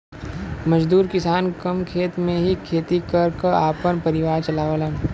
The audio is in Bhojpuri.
मजदूर किसान कम खेत में ही खेती कर क आपन परिवार चलावलन